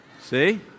See